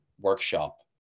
workshop